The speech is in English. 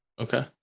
Okay